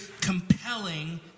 compelling